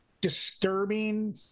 disturbing